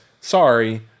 sorry